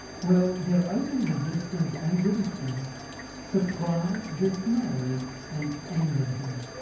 well their open resistance and ridicule surprised, dismayed and angered him.